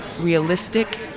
realistic